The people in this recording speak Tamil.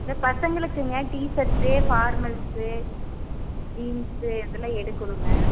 இந்த பசங்களுக்குங்க டீ ஷர்ட்டு ஃபார்மல்ஸு ஜீன்ஸு இதெல்லாம் எடுக்கணுங்க